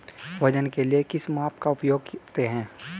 वजन के लिए किस माप का उपयोग करते हैं?